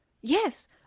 Yes